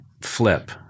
flip